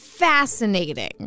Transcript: fascinating